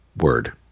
word